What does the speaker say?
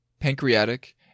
pancreatic